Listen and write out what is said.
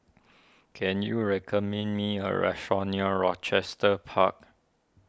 can you recommend me a restaurant near Rochester Park